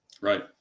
Right